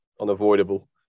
unavoidable